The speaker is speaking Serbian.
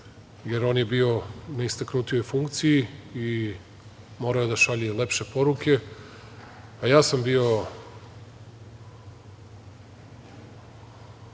jer on je bio na istaknutijoj funkciji i morao je da šalje lepše poruke.A ja sam bio